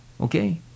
Okay